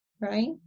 right